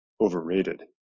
overrated